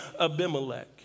Abimelech